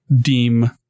deem